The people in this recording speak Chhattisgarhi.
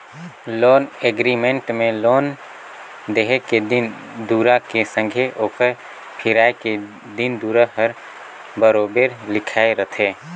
लोन एग्रीमेंट में लोन देहे के दिन दुरा के संघे ओकर फिराए के दिन दुरा हर बरोबेर लिखाए रहथे